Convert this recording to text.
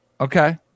Okay